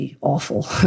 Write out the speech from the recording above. awful